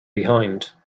behind